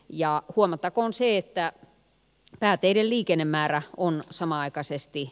ja huomattakoon se että pääteiden liikennemäärä kun samanaikaisesti